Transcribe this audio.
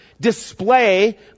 display